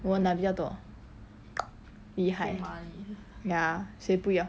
我拿比较多 厉害 ya 谁不要